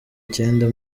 icyenda